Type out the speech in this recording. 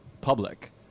public